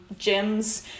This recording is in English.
gyms